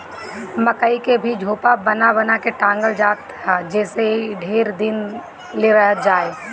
मकई के भी झोपा बना बना के टांगल जात ह जेसे इ ढेर दिन ले रहत जाए